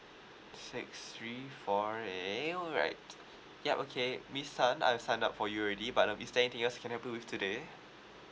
six three four A alright yup okay miss tan I've signed up for you already but um is there anything else I can help you with today